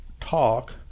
talk